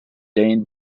dane